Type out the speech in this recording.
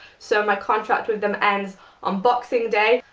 so my contract with them ends on boxing day.